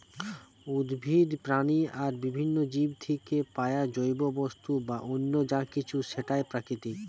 উদ্ভিদ, প্রাণী আর বিভিন্ন জীব থিকে পায়া জৈব বস্তু বা অন্য যা কিছু সেটাই প্রাকৃতিক